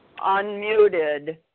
unmuted